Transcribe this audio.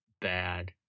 bad